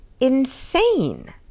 insane